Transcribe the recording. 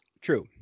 True